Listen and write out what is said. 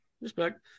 Respect